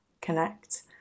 connect